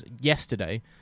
yesterday